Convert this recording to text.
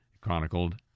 chronicled